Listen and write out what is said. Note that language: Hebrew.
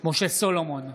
משה סולומון,